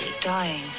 dying